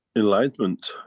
enlightenment?